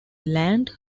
land